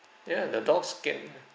ya the dog's scared lah